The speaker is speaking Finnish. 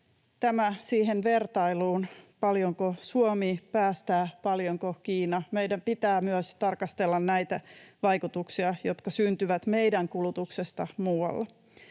tämä siihen vertailuun, paljonko Suomi päästää, paljonko Kiina. Meidän pitää myös tarkastella näitä vaikutuksia, jotka syntyvät meidän kulutuksesta muualla.